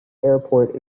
airport